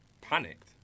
panicked